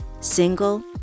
single